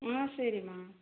ம் சரிமா